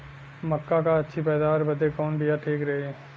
मक्का क अच्छी पैदावार बदे कवन बिया ठीक रही?